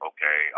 Okay